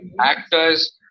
actors